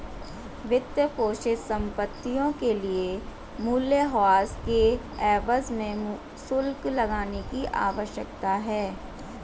वित्तपोषित संपत्तियों के लिए मूल्यह्रास के एवज में शुल्क लगाने की आवश्यकता है